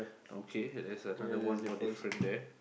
okay there is another one more different there